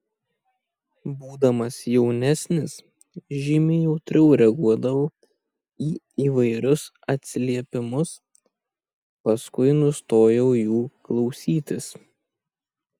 būdamas jaunesnis žymiai jautriau reaguodavau į įvairius atsiliepimus paskui nustojau jų klausytis